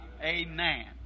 Amen